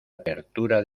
apertura